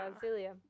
Celia